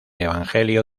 evangelio